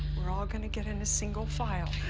we're all going to get in a single file.